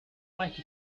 like